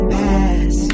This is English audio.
pass